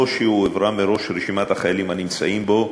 שהועברה מראש רשימת החיילים הנמצאים בו,